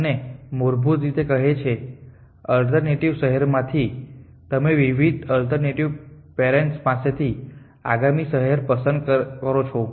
અને તે મૂળભૂત રીતે કહે છે કે અલ્ટરનેટિવ શહેરોમાંથી તમે વિવિધ અલ્ટરનેટિવ પેરેન્ટ્સ પાસેથી આગામી શહેર પસંદ કરો છો